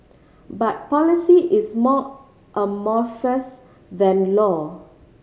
but policy is more amorphous than law